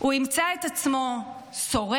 הוא ימצא את עצמו סורק,